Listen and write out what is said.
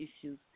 issues